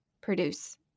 produce